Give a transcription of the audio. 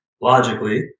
logically